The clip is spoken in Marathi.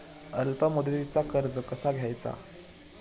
अल्प मुदतीचा कर्ज कसा घ्यायचा?